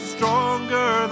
Stronger